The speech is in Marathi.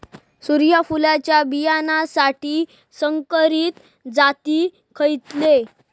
सूर्यफुलाच्या बियानासाठी संकरित जाती खयले?